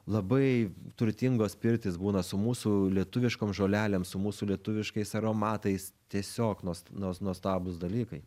labai turtingos pirtys būna su mūsų lietuviškom žolelėm su mūsų lietuviškais aromatais tiesiog nuos nuos nuostabūs dalykai